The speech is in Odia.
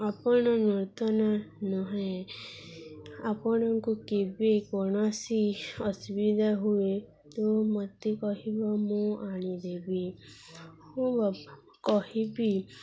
ଆପଣ ନୂତନ ନୁହେଁ ଆପଣଙ୍କୁ କେବେ କୌଣସି ଅସୁବିଧା ହୁଏ ତ ମୋତେ କହିବ ମୁଁ ଆଣିଦେବି ହଉ ବାପା କହିବି